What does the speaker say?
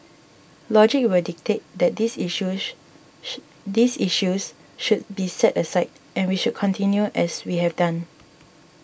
logic will dictate that these issues these issues should be set aside and we should continue as we have done